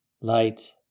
light